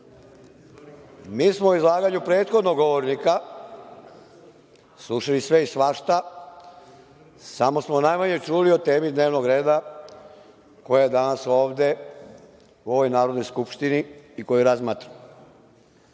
smo u izlaganju prethodnog govornika slušali sve i svašta, samo smo najmanje čuli o temi dnevnog reda koja je danas ovde u ovoj Narodnoj skupštini i koju razmatramo.